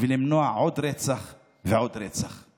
ולמנוע עוד רצח ועוד רצח.